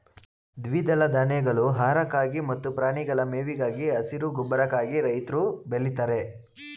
ದ್ವಿದಳ ಧಾನ್ಯಗಳು ಆಹಾರಕ್ಕಾಗಿ ಮತ್ತು ಪ್ರಾಣಿಗಳ ಮೇವಿಗಾಗಿ, ಹಸಿರು ಗೊಬ್ಬರಕ್ಕಾಗಿ ರೈತ್ರು ಬೆಳಿತಾರೆ